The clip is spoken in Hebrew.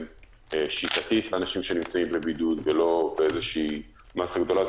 שיטתי אנשים שנמצאים בבידוד ולא במאסה גדולה.